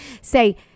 Say